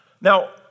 Now